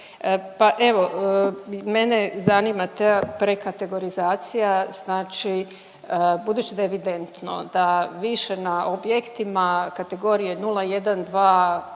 pa evo mene zanima ta prekategorizacija, znači budući da je evidentno da više na objektima kategorije 0,